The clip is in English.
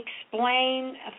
explain